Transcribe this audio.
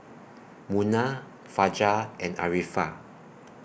Munah Fajar and Arifa